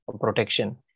protection